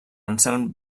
anselm